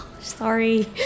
Sorry